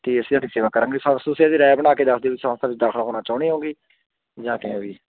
ਅਤੇ ਅਸੀਂ ਤੁਹਾਡੀ ਸੇਵਾ ਕਰਾਂਗੇ ਸਰ ਤੁਸੀਂ ਆਪਣੀ ਰਾਇ ਬਣਾ ਕੇ ਦੱਸ ਦਿਓ ਵੀ ਕਿੱਦਾਂ ਆਉਣਾ ਚਾਹੁੰਦੇ ਹੋ ਜਾਂ ਕਿਵੇਂ ਵੀ